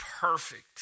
perfect